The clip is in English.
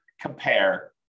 compare